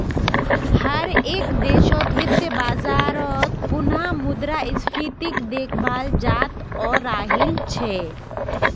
हर एक देशत वित्तीय बाजारत पुनः मुद्रा स्फीतीक देखाल जातअ राहिल छे